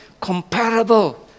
comparable